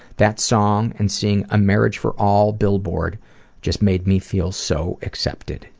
that song and seeing a marriage for all billboard just made me feel so accepted.